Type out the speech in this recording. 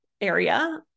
area